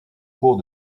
cours